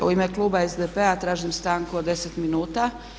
U ime kluba SDP-a tražim stanku od 10 minuta.